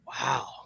Wow